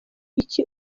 iki